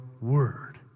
word